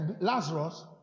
Lazarus